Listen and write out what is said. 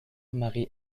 marie